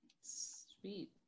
Sweet